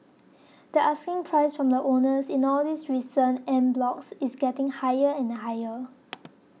the asking price from the owners in all these recent en blocs is getting higher and higher